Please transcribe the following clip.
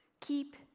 Keep